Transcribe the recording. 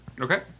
Okay